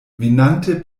venante